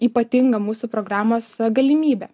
ypatinga mūsų programos galimybė